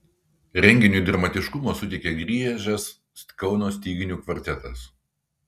renginiui dramatiškumo suteikė griežęs kauno styginių kvartetas